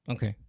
Okay